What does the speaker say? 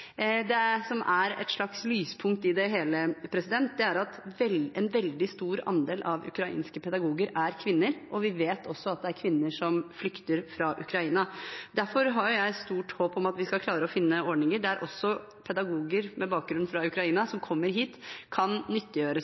Et slags lyspunkt i det hele er at en veldig stor andel av ukrainske pedagoger er kvinner. Vi vet også at det er kvinner som flykter fra Ukraina. Derfor har jeg et stort håp om at vi skal klare å finne ordninger der også pedagoger med bakgrunn fra Ukraina som kommer hit, kan